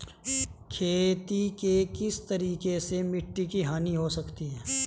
खेती के किस तरीके से मिट्टी की हानि हो सकती है?